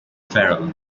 feral